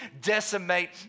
decimate